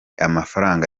amafaranga